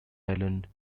island